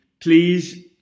Please